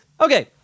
Okay